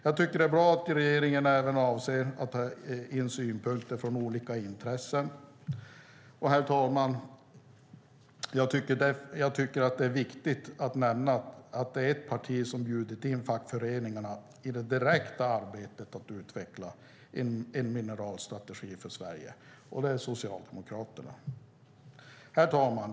Jag tycker att det är bra att regeringen även avser att ta in synpunkter från olika intressen, och herr talman, det är viktigt att nämna det parti som bjudit in fackföreningarna i det direkta arbetet att utveckla en mineralstrategi för Sverige, nämligen Socialdemokraterna. Herr talman!